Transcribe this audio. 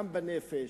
גם בנפש,